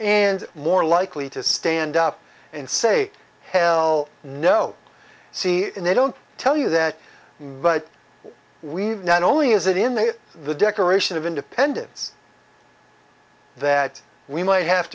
and more likely to stand up and say hell no see and they don't tell you that but we not only is it in that the declaration of independence that we might have